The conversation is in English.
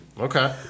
Okay